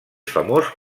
famós